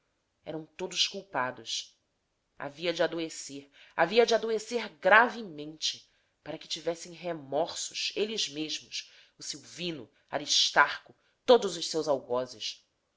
eram todos culpados havia de adoecer havia de adoecer gravemente para que tivessem remorsos eles mesmos o silvino aristarco todos os seus algozes